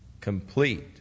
Complete